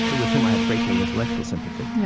with whom i have a great deal of intellectual sympathy, yeah